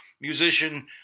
Musician